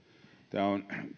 on